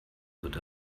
wird